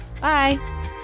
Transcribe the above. Bye